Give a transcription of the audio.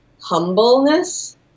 humbleness